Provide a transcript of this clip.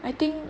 I think